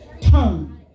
Turn